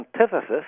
antithesis